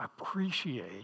appreciate